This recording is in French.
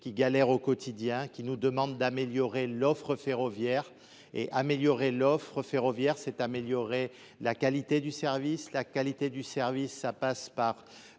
qui galèrent au quotidien et qui nous demandent d’améliorer l’offre ferroviaire. Or améliorer l’offre ferroviaire, c’est améliorer la qualité du service. Celle ci passe par